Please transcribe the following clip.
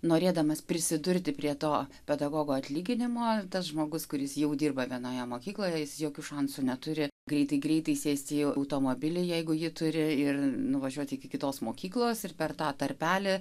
norėdamas prisidurti prie to pedagogo atlyginimo tas žmogus kuris jau dirba vienoje mokykloje jis jokių šansų neturi greitai greitai sės į automobilį jeigu ji turi ir nuvažiuoti iki kitos mokyklos ir per tą tarpelį